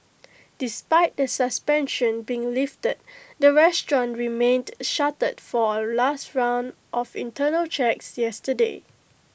despite the suspension being lifted the restaurant remained shuttered for A last round of internal checks yesterday